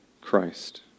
Christ